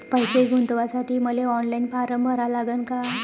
पैसे गुंतवासाठी मले ऑनलाईन फारम भरा लागन का?